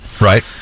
right